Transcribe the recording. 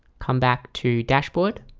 come back to dashboard